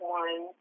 one